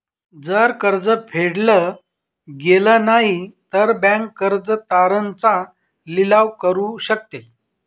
जर कर्ज फेडल गेलं नाही, तर बँक कर्ज तारण चा लिलाव करू शकते